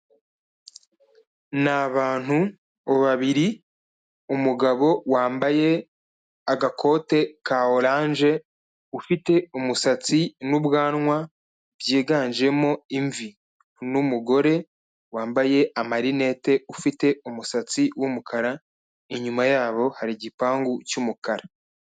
Ni abantu babiri umugabo wambaye agakote ka oranje ufite umusatsi n'ubwanwa byiganjemo imvi, uno mugore wambaye amarinete ufite umusatsi w'umukara, inyuma yabo hari igipangu cy'umukara.